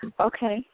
Okay